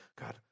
God